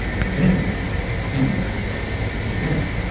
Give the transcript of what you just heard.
and then then then